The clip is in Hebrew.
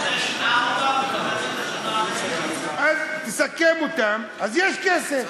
בשנה הקודמת, אז תסכם אותם, אז יש כסף.